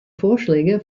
vorschläge